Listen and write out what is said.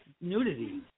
nudity